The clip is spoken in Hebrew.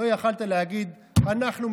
לא יכולת להגיד: אנחנו,